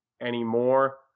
anymore